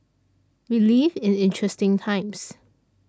we live in interesting times